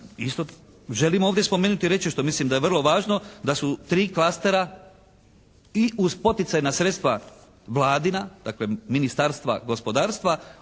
isto želim ovdje spomenuti i reći što mislim da je vrlo važno da su tri klastera i uz poticajna sredstva vladina, dakle Ministarstva gospodarstva